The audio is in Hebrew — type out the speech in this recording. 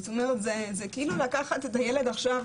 זאת אומרת, זה כאילו לקחת את הילד עכשיו